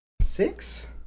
six